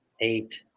eight